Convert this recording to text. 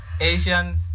Asians